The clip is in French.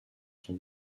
son